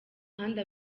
handi